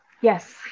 Yes